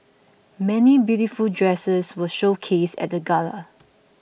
many beautiful dresses were showcased at the gala